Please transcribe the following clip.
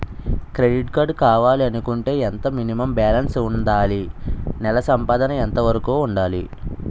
Credit card కావాలి అనుకుంటే ఎంత మినిమం బాలన్స్ వుందాలి? నెల సంపాదన ఎంతవరకు వుండాలి?